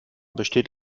besteht